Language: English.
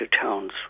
towns